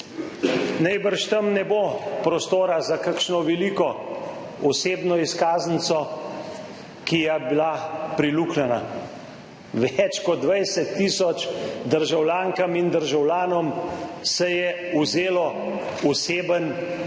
Najbrž tam ne bo prostora za kakšno veliko osebno izkaznico, ki je bila preluknjana. Več kot 20 tisoč državljankam in državljanom se je vzelo osebni dokument.